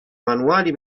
manuali